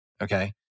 okay